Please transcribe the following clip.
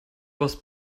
was